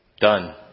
done